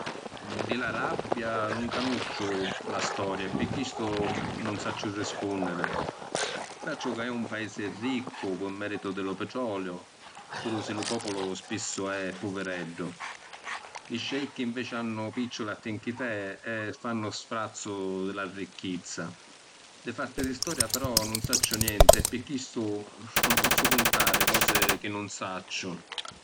Di l’Arabia nun canusciu la storia e pi chistu nun sacciu rispunniri. Sacciu ca è un paisi riccu, pi meritu di lu pitroliu, puru si’ lu populu spissu è puvireddu. Li sceicchi inveci hannu picciuli a tinchitè e fannu sfrazzu di la ricchizza. Di fatti di storia però nun sacciu nenti e pi chistu nun pozzu cuntari cosi chi nun sacciu.